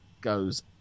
goes